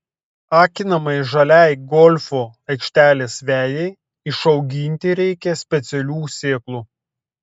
akinamai žaliai golfo aikštės vejai išauginti reikia specialių sėklų